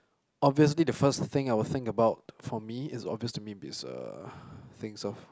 obviously the first thing I would think about for me it's obvious to me it's uh things of